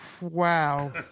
wow